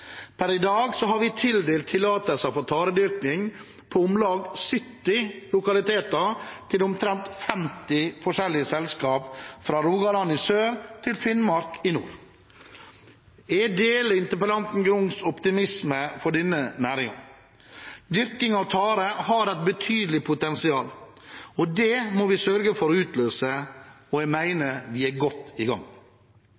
Per i dag har vi tildelt tillatelser for taredyrking på om lag 70 lokaliteter til omtrent 50 forskjellige selskaper, fra Rogaland i sør til Finnmark i nord. Jeg deler interpellanten Grungs optimisme for denne næringen. Dyrking av tare har et betydelig potensial, og det må vi sørge for å utløse. Jeg